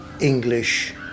English